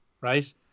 right